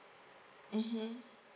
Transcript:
mmhmm